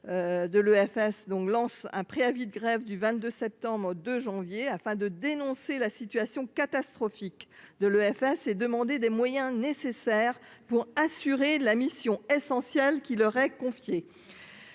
de l'EFS donc lance un préavis de grève du 22 septembre au 2 janvier afin de dénoncer la situation catastrophique de l'EFS et demander des moyens nécessaires pour assurer la mission essentielle qui leur est confiée,